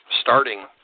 starting